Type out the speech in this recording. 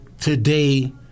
today